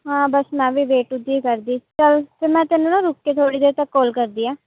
ਹਾਂ ਬਸ ਮੈਂ ਵੀ ਵੇਟ ਉਹਦੀ ਕਰਦੀ ਚੱਲ ਫਿਰ ਮੈਂ ਤੈਨੂੰ ਨਾ ਰੁਕ ਕੇ ਥੋੜ੍ਹੀ ਦੇਰ ਤੱਕ ਕੋਲ ਕਰਦੀ ਹਾਂ